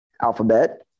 alphabet